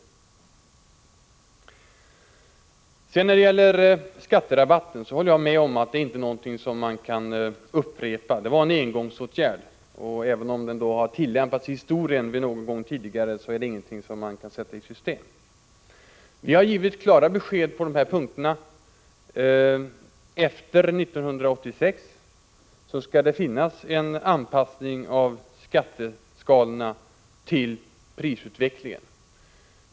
Jag håller med om att skatterabatten inte är någonting som man kan upprepa. Det var en engångsåtgärd, och även om den kan ha tillämpats någon gång tidigare i historien är det inte någonting som man kan sätta i system. Vi har givit klara besked på de här punkterna. Efter 1986 skall det finnas en anpassning av skatteskalorna till prisutvecklingen.